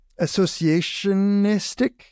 associationistic